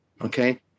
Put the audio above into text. Okay